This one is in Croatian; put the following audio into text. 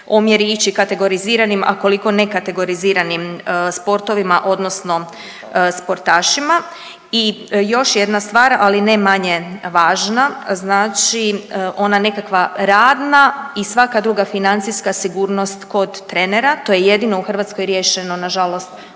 omjer ići kategoriziranim, a koliko nekategoriziranim sportovima odnosno sportašima. I još jedna stvar, ali ne manje važna, znači ona nekakva radna i svaka druga financijska sigurnost kod trenera, to je jedino u Hrvatskoj riješeno nažalost